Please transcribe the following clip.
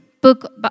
book